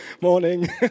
Morning